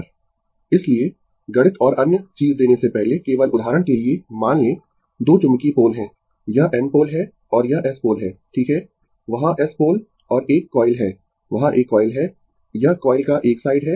Refer Slide Time 0122 इसलिए गणित और अन्य चीज देने से पहले केवल उदाहरण के लिए मान लें दो चुंबकीय पोल है यह N पोल है और यह S पोल है ठीक है वहाँ s पोल और एक कॉइल है वहाँ एक कॉइल है यह कॉइल का एक साइड है